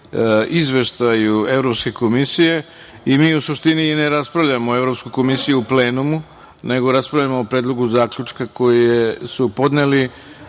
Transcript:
izveštaju Evropske komisije. Mi u suštini i ne raspravljamo Evropsku komisiju u plenumu, nego raspravljamo o predlogu zaključka koji su podneli